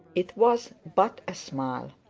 it was but a smile.